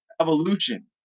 evolution